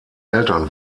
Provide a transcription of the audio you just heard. eltern